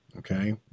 Okay